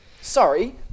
Sorry